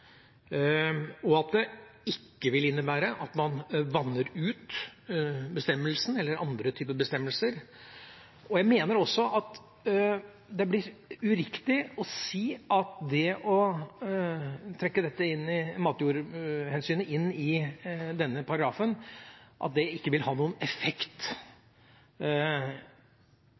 og at det ikke vil innebære at man vanner ut bestemmelsen eller andre typer bestemmelser. Jeg mener også at det blir uriktig å si at det å trekke matjordhensynet inn i denne paragrafen ikke vil ha noen effekt. For det første oppfatter jeg det sånn at sjøl i individuelle saker kan grunnlovsbestemmelser ha effekt,